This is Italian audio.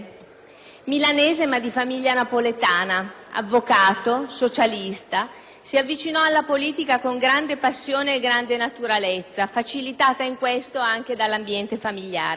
Milanese, ma di famiglia napoletana, avvocato, socialista, si avvicinò alla politica con grande passione e grande naturalezza, facilitata in questo anche dall'ambiente familiare.